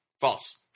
false